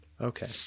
okay